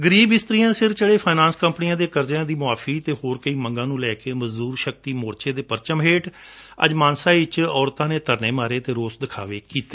ਗਰੀਬ ਇਸਤਰੀਆਂ ਸਿਰ ਚੜੇ ਫਾਈਨਾਂਸ ਕੰਪਨੀਆਂ ਦੇ ਕਰਜ਼ਿਆਂ ਦੀ ਮੁਆਫ਼ੀ ਅਤੇ ਹੋਰ ਕਈ ਮੰਗਾਂ ਨੂੰ ਲੈ ਕੇ ਮਜ਼ਦੁਰ ਸ਼ਕਤੀ ਮੋਰਚੇ ਦੇ ਪਰਚਮ ਹੇਠਾਂ ਅੱਜ ਮਾਨਸਾ ਵਿਚ ਔਰਤਾਂ ਨੇ ਧਰਨੇ ਮਾਰੇ ਅਤੇ ਰੋਸ ਦਿਖਾਵੇ ਕੀਤੇ